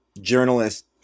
journalist